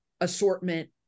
assortment